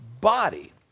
body